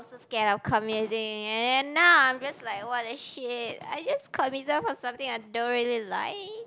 also scared on committing and then now I'm just like what the shit I just committed for something I don't really like